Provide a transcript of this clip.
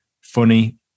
funny